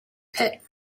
pit